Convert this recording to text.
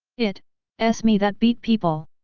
it s me that beat people!